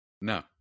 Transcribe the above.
No